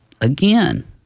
again